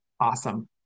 awesome